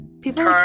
People